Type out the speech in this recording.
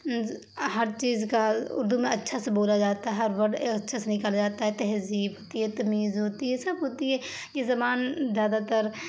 ہر چیز کا اردو میں اچھا سے بولا جاتا ہے ہر ورڈ اچھا سے نکالا جاتا ہے تہذیب ہوتی ہے تمیز ہوتی ہے سب ہوتی ہے یہ زبان زیادہ تر